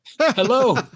hello